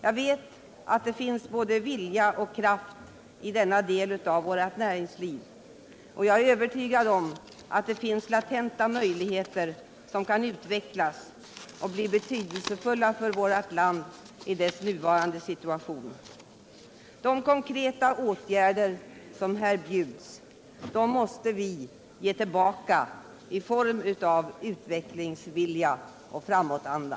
Jag vet att det finns både vilja och kraft i denna del av vårt näringsliv, och jag är övertygad om att det finns latenta möjligheter som kan utvecklas och bli betydelsefulla för vårt land i dess nuvarande situation. De konkreta åtgärder som här bjuds måste vi ge tillbaka i form av utvecklingsvilja och framåtanda.